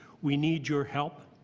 we need your help.